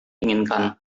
inginkan